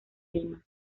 lima